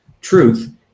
truth